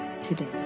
today